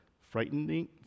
Frightening